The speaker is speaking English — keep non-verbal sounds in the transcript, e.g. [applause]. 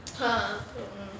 ha [noise]